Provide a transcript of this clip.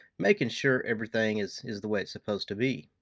making sure everything is is the way it's supposed to be.